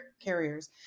carriers